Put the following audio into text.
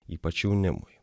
ypač jaunimui